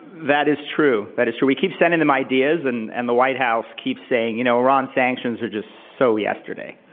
that is true. that is true. we keep sending them ideas, and and the white house keeps saying, you know, iran sanctions are just so yesterday.